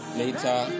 later